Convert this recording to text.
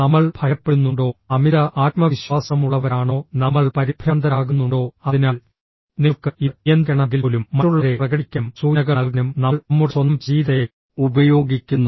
നമ്മൾ ഭയപ്പെടുന്നുണ്ടോ അമിത ആത്മവിശ്വാസമുള്ളവരാണോ നമ്മൾ പരിഭ്രാന്തരാകുന്നുണ്ടോ അതിനാൽ നിങ്ങൾക്ക് ഇത് നിയന്ത്രിക്കണമെങ്കിൽപ്പോലും മറ്റുള്ളവരെ പ്രകടിപ്പിക്കാനും സൂചനകൾ നൽകാനും നമ്മൾ നമ്മുടെ സ്വന്തം ശരീരത്തെ ഉപയോഗിക്കുന്നു